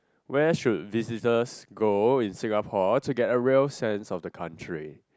where should visitors go in Singapore to get a real sense of the country